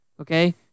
Okay